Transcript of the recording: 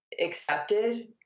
accepted